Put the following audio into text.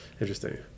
interesting